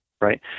Right